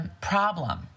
Problem